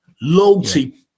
loyalty